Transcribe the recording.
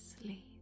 sleep